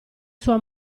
sua